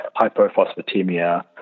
hypophosphatemia